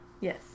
Yes